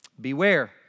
Beware